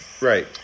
Right